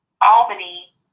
Albany